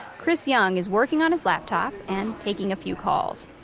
chris young is working on his laptop and taking a few calls.